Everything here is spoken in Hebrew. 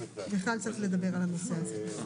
ואחד הדברים הקשים ביותר זה התשתיות הפסיכיאטריות.